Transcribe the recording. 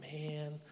man